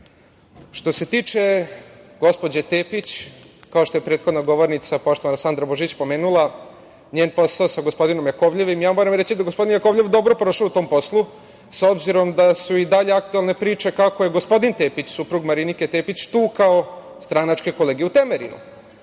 se tiče gospođe Tepić, kao što je prethodna govornica, poštovana Sandra Božić, pomenula, njen posao sa gospodinom Jakovljevim… Moram reći da je gospodin Jakovljev dobro prošao u tom poslu, s obzirom da su i dalje aktuelne priče kako je gospodin Tepić, suprug Marinike Tepić, tukao stranačke kolege u Temerinu.